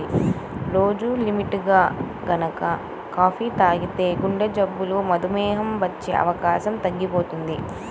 రోజూ లిమిట్గా గనక కాపీ తాగితే గుండెజబ్బులు, మధుమేహం వచ్చే అవకాశం తగ్గిపోతది